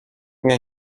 nie